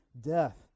death